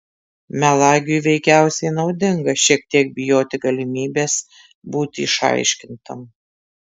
melagiui veikiausiai naudinga šiek tiek bijoti galimybės būti išaiškintam